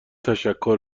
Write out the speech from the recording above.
تشکر